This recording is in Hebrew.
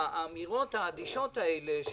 האמירות האדישות האלה,